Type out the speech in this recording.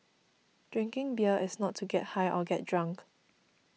drinking beer is not to get high or get drunk